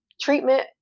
treatment